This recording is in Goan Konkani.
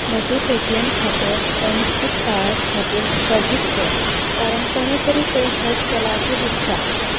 म्हजें पेटीएम खातें अनिश्चीत काळा खातीर स्थगीत कर कारण कोणें तरी तें हेक केलां अशें दिसता